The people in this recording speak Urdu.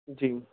جی